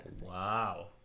Wow